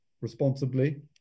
responsibly